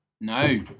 No